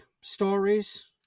stories